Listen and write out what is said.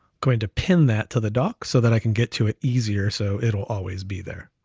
going to pin that to the dock so that i can get to it easier. so it'll always be there,